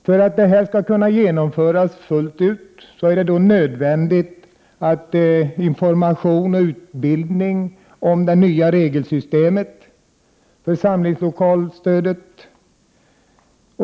För att detta skall kunna genomföras fullt ut är det nödvändigt med information och utbildning om det nya regelsystemet för samlingslokalsstödet.